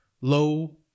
low